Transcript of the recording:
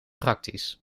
praktisch